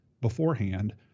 beforehand